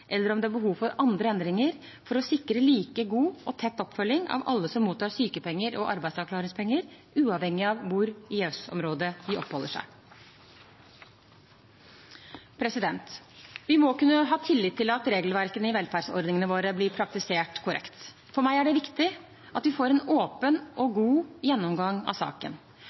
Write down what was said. eller om det er behov for andre endringer for å sikre like god og tett oppfølging av alle som mottar sykepenger og arbeidsavklaringspenger, uavhengig av hvor i EØS-området de oppholder seg. Vi må kunne ha tillit til at regelverkene i velferdsordningene våre blir praktisert korrekt. For meg er det viktig at vi får en åpen og god gjennomgang av saken.